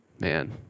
Man